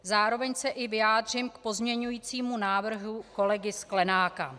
Zároveň se i vyjádřím k pozměňovacímu návrhu kolegy Sklenáka.